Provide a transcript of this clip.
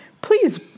please